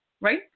right